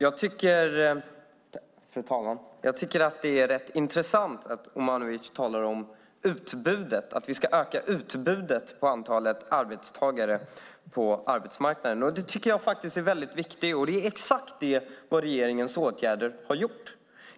Fru talman! Det är rätt intressant att Omanovic talar om att vi ska öka utbudet på arbetsmarknaden. Det är väldigt viktigt. Det är exakt vad regeringens åtgärder har gjort.